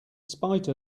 spite